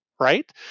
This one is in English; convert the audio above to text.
Right